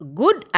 good